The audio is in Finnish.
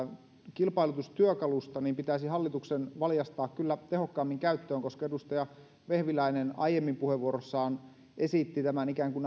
kilpailutustyökalusta pitäisi hallituksen valjastaa kyllä tehokkaammin käyttöön edustaja vehviläinen aiemmin puheenvuorossaan esitti tämän ikään kuin